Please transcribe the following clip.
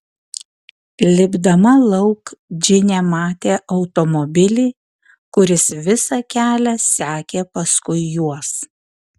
lipdama lauk džinė matė automobilį kuris visą kelią sekė paskui juos